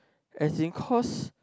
as in cause